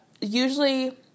Usually